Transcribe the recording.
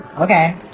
Okay